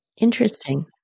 Interesting